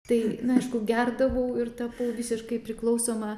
tai aišku gerdavau ir tapau visiškai priklausoma